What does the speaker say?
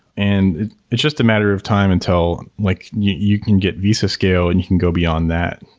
and it's just a matter of time until like you you can get visa scale and you can go beyond that.